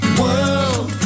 world